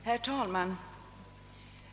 Herr talman!